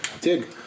Dig